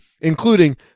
including